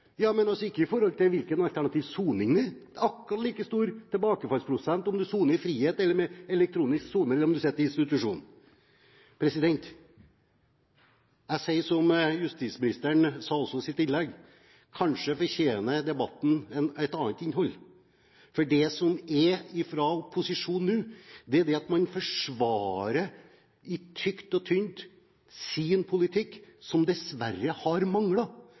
Ja, men ikke i forhold til hvilken type soning. Det er akkurat like stor tilbakefallsprosent om man soner i frihet, har elektronisk soning eller sitter på institusjon. Jeg sier som justisministeren sa i sitt innlegg: Kanskje fortjener debatten et annet innhold. For det som kommer fra posisjonen nå, er at man i tykt og tynt forsvarer sin politikk, som dessverre har